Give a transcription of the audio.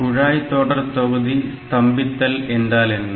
குழாய்தொடர்தொகுதி ஸ்தம்பித்தல் என்றால் என்ன